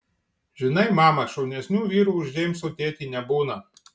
žinai mama šaunesnių vyrų už džeimso tėtį nebūna